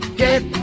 get